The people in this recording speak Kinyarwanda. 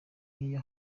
nk’iyo